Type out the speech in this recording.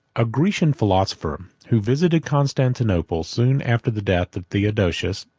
a grecian philosopher, who visited constantinople soon after the death of theodosius,